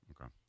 Okay